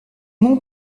nom